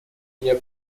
year